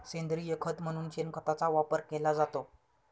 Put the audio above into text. सेंद्रिय खत म्हणून शेणखताचा वापर केला जातो